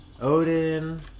Odin